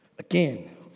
Again